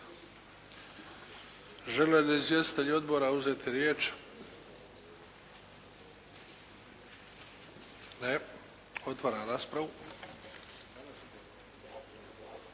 Žele li izvjestitelji odbora uzeti riječ? Ne. Otvaram raspravu.